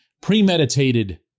premeditated